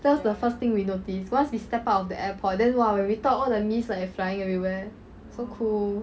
that's the first thing we noticed once we step out of the airport then !wah! when we talk all the mist like flying everywhere so cool